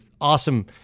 awesome